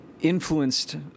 influenced